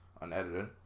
unedited